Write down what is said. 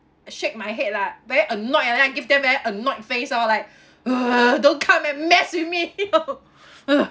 shake my head lah very annoyed ah then I give them very annoyed face orh like don't come and mess with me you know